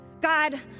God